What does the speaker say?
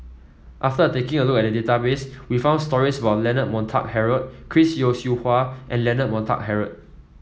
after taking a look at database we found stories about Leonard Montague Harrod Chris Yeo Siew Hua and Leonard Montague Harrod